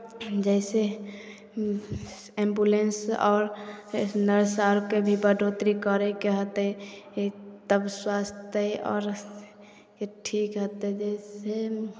जइसे एम्बुलेंस आओर नर्स आरके भी बढ़ोत्तरी करयके हेतै तब स्वास्थय आओर ठीक हेतै जइसे